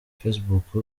facebook